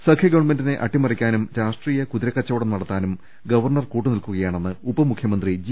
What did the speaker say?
സഖ്യ ഗവൺമെന്റിനെ അട്ടിമറിക്കാനും രാഷ്ട്രീയ കുതിര കച്ചവടം നടത്താനും ഗവർണർ കൂട്ടുനിൽക്കുകയാണെന്ന് ഉപമുഖ്യ മന്ത്രി ജി